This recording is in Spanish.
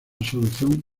solución